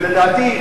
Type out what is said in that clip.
ולדעתי,